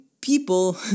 people